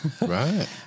Right